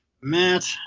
Matt